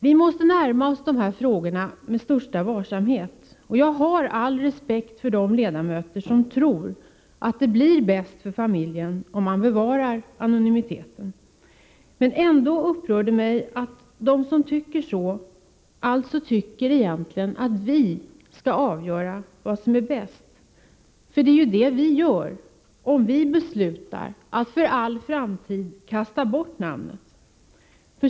Vi måste närma oss de här frågorna med största varsamhet, och jag har all respekt för de ledamöter som tror att det blir bäst för familjen om man bevarar anonymiteten. Men ändå upprör det mig att de som tycker så alltså egentligen tycker att vi skall avgöra vad som är bäst, för det är det vi gör om vi beslutar att för all framtid kasta bort namnet.